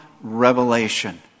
revelation